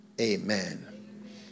amen